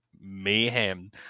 mayhem